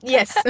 Yes